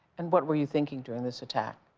and what were you thinking during this attack?